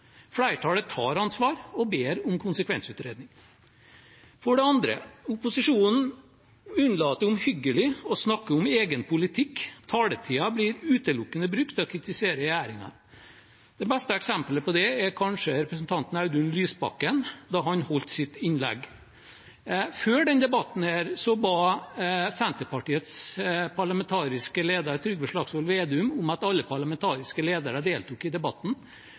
Flertallet tar ansvar – og ber om konsekvensutredning. For det andre: Opposisjonen unnlater omhyggelig å snakke om egen politikk. Taletiden blir utelukkende brukt til å kritisere regjeringen. Det beste eksemplet på det er kanskje representanten Audun Lysbakken, da han holdt sitt innlegg. Før denne debatten ba Senterpartiets parlamentariske leder, Trygve Slagsvold Vedum, om at alle parlamentariske ledere deltok i debatten.